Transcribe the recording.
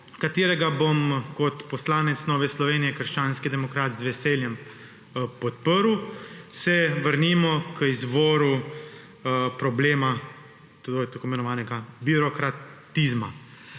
katerega bom kot poslanec Nove Slovenije - krščanski demokrati z veseljem podprl, se vrnimo k izvoru problema tako imenovanega birokratizma.